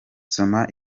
soma